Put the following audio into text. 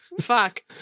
fuck